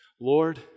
Lord